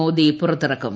മോദി പുറത്തിറക്കും